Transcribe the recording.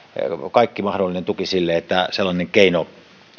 kaikki mahdollinen tuki sille että sellainen keino